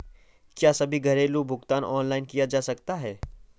क्या सभी घरेलू भुगतान ऑनलाइन किए जा सकते हैं?